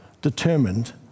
determined